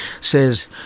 says